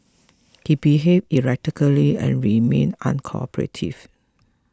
he behaved erratically and remained uncooperative